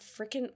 freaking